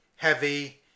heavy